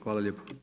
Hvala lijepo.